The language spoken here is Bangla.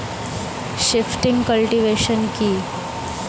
শিফটিং কাল্টিভেশন কি?